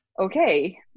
okay